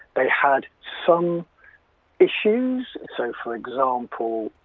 they had some issues, so, for example,